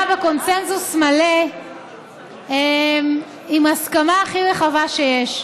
בקונסנזוס מלא עם ההסכמה הכי רחבה שיש.